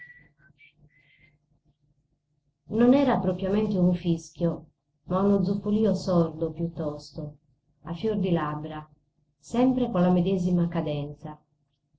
non era propriamente un fischio ma uno zufolio sordo piuttosto a fior di labbra sempre con la medesima cadenza